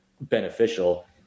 beneficial